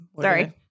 Sorry